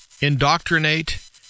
indoctrinate